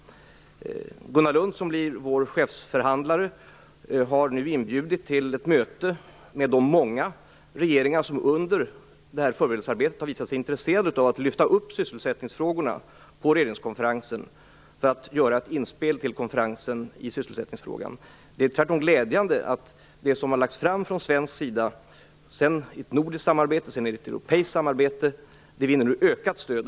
Gunnar Lund, som blir vår chefsförhandlare, har nu inbjudit till ett möte med de många regeringar som under förberedelsearbetet har visat sig intresserade av att lyfta upp sysselsättningsfrågorna på regeringskonferensen för att göra ett inspel till konferensen i sysselsättningsfrågan. Det är glädjande att det som har lagts fram från svensk sida - i dels ett nordiskt samarbete, dels ett europeiskt samarbete - nu vinner ökat stöd.